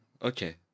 Okay